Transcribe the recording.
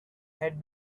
had